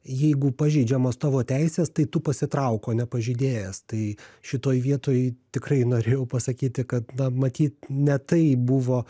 jeigu pažeidžiamos tavo teisės tai tu pasitrauk o ne pažeidėjas tai šitoj vietoj tikrai norėjau pasakyti kad na matyt ne tai buvo